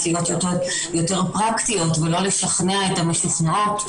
יותר פרקטיות ולא לשכנע את המשוכנעות.